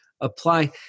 apply